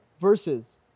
versus